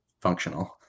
functional